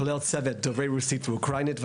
כולל צוות דוברי רוסית ואוקראינית.